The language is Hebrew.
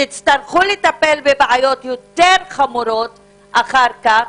תצטרכו לטפל בבעיות יותר חמורות אחר כך.